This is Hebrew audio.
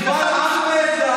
קבל עם ועדה,